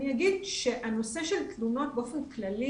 אני אגיד שהנושא של תלונות באופן כללי